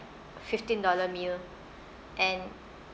fifteen dollar meal and